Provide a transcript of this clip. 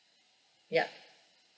ya